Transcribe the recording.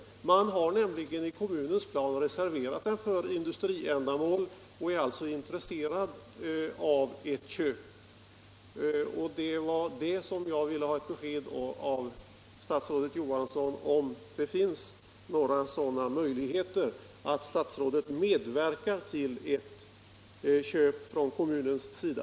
Man har i kommunens plan reserverat denna mark för industriändamål och är alltså intresserad av ett köp. Vad jag ville ha besked av statsrådet Johansson om var huruvida han har några möjligheter att medverka till ett köp från kommunens sida.